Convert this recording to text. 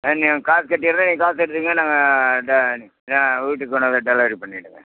ஆ நாங்கள் காசு கட்டிட்டுறோம் நீங்கள் காசு எடுத்துட்டீங்கனா நாங்கள் ட வீட்டுக்கு கொண்டார்ந்து டெலிவரி பண்ணிடுங்க